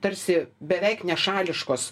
tarsi beveik nešališkos